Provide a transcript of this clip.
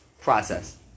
process